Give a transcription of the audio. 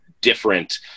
different